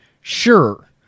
sure